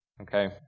Okay